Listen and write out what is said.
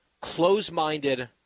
close-minded